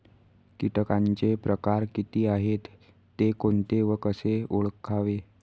किटकांचे प्रकार किती आहेत, ते कोणते व कसे ओळखावे?